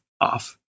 off